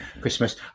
Christmas